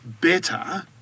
better